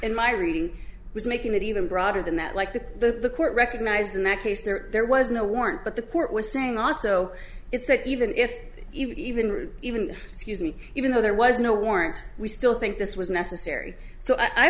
and my reading was making it even broader than that like the court recognized in that case there there was no warrant but the court was saying also it said even if even even excuse me even though there was no warrant we still think this was necessary so i